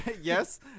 Yes